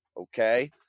Okay